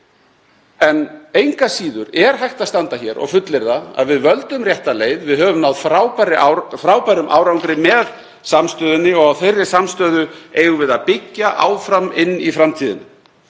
En engu að síður er hægt að standa hér og fullyrða að við völdum rétta leið. Við höfum náð frábærum árangri með samstöðunni og á þeirri samstöðu eigum við að byggja áfram í framtíðinni,